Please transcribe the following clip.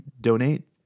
donate